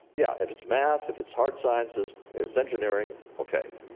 yeah, if it's math, if it's hard sciences, if it's engineering, okay.